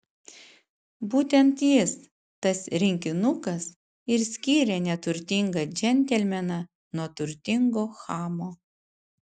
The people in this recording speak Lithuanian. būtent jis tas rinkinukas ir skiria neturtingą džentelmeną nuo turtingo chamo